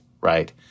right